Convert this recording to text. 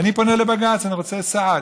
אני פונה לבג"ץ, אני רוצה סעד.